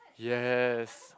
yes